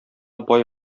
бай